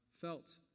felt